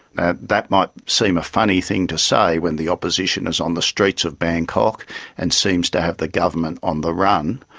and that might seem a funny thing to say when the opposition is on the streets of bangkok and seems to have the government on the run,